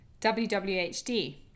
WWHD